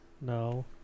No